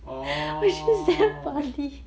oh